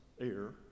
air